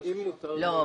לא,